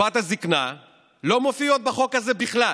לקצבת הזקנה לא מופיעות בחוק הזה בכלל.